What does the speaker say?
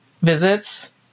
visits